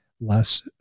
less